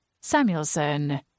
Samuelson